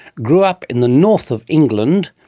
grew up in the north of england,